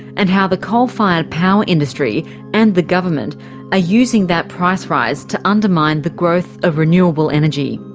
and how the coal-fired power industry and the government are using that price rise to undermine the growth of renewable energy.